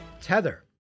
Tether